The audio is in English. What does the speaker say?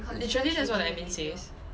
literally that's what the admin says